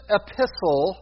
epistle